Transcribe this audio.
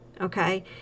Okay